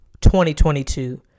2022